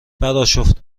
براشفت